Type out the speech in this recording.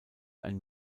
ein